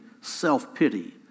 self-pity